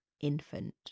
infant